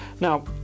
Now